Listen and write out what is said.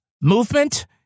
movement